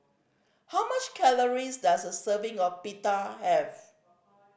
how much calories does a serving of Pita have